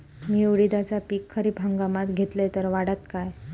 मी उडीदाचा पीक खरीप हंगामात घेतलय तर वाढात काय?